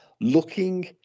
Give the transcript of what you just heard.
looking